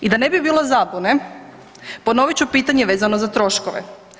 I da ne bi bilo zabune ponovit ću pitanje vezano za troškove.